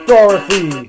Dorothy